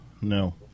No